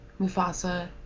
Mufasa